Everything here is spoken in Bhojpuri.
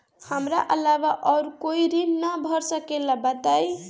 हमरा अलावा और कोई ऋण ना भर सकेला बताई?